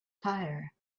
tire